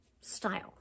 style